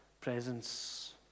presence